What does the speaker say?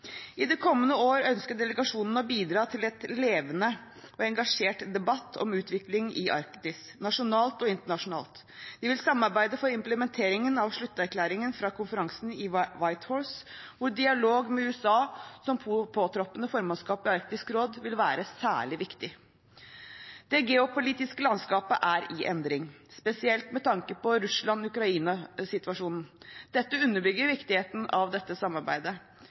I det kommende år ønsker delegasjonen å bidra til en levende og engasjert debatt om utviklingen i Arktis, nasjonalt og internasjonalt. Vi vil arbeide for implementeringen av slutterklæringen fra konferansen i Whitehorse, hvor dialog med USA som påtroppende formannskap i Arktisk råd vil være særlig viktig. Det geopolitiske landskapet er i endring, spesielt med tanke på Russland–Ukraina-situasjonen, og dette underbygger viktigheten av dette samarbeidet.